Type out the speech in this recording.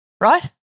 right